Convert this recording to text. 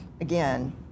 again